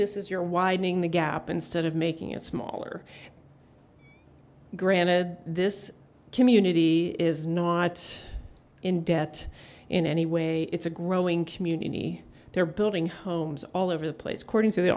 this is your widening the gap instead of making it smaller granted this community is not in debt in any way it's a growing community they're building homes all over the place according to the